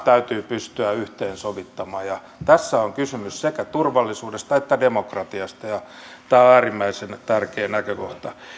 täytyy pystyä yhteensovittamaan tässä on kysymys sekä turvallisuudesta että demokratiasta ja tämä on äärimmäisen tärkeä näkökohta